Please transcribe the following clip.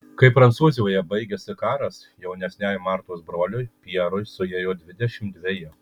kai prancūzijoje baigėsi karas jaunesniajam martos broliui pjerui suėjo dvidešimt dveji